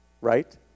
right